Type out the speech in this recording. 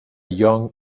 young